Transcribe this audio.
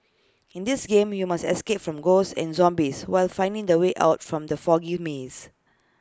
in this game you must escape from ghosts and zombies while finding the way out from the foggy maze